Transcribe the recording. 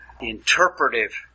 interpretive